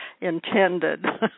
intended